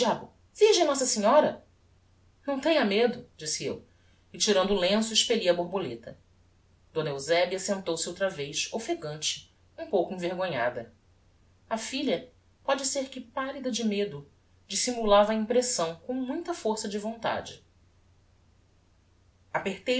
diabo virgem nossa senhora não tenha medo disse eu e tirando o lenço expelli a borboleta d eusebia sentou-se outra vez offegante um pouco envergonhada a filha pode ser que pallida de medo dissimulava a impressão com muita força de vontade